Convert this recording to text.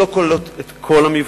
לא כוללות את כל המבחנים.